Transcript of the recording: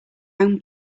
own